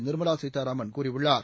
நிர்மலா சீதாராமன் கூறியுள்ளார்